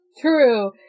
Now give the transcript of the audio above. true